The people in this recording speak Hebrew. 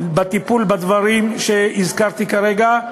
בטיפול בדברים שהזכרתי כרגע,